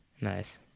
Nice